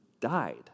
died